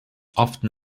often